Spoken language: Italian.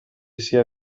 sia